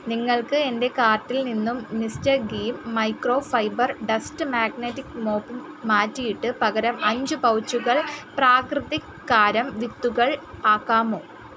നിങ്ങൾക്ക് എന്റെ കാർട്ടിൽ നിന്നും മിസ്റ്റർ ഗീം മൈക്രോ ഫൈബർ ഡസ്റ്റ് മാഗ്നെറ്റിക് മോപ്പും മാറ്റിയിട്ട് പകരം അഞ്ച് പൗച്ചുകൾ പ്രാകൃതിക് കാരം വിത്തുകൾ ആക്കാമോ